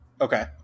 Okay